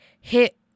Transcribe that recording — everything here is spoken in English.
hit